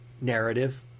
narrative